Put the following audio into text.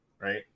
right